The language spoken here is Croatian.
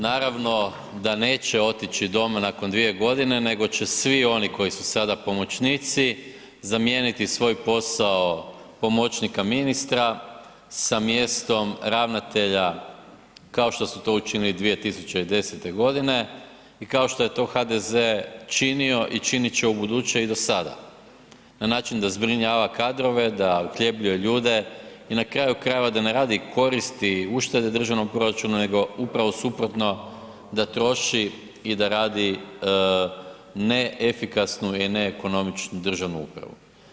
Naravno da neće otići doma nakon 2 g. nego će svi oni koji su sada pomoćnici, zamijeniti svoj posao pomoćnika ministra sa mjesto ravnatelja kao što su učinili 2010. g. i kao što je to HDZ činio i činit će ubuduće i do sada na način da zbrinjava kadrove, da uhljebljuje ljude i na kraju krajeva da ne radi koristi i uštede državnog proračuna nego upravo suprotno, da tropi i da radi neefikasne i neekonomičnu državnu upravu.